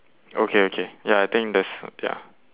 okay okay ya I think that's ya